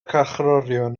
carcharorion